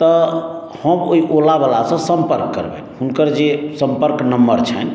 तऽ हम ओहि ओलाबलासँ सम्पर्क करबनि हुनकर जे सम्पर्क नम्बर छनि